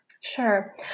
Sure